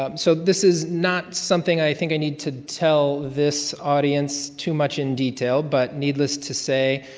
ah so this is not something i think i need to tell this audience too much in detail, but needless to say,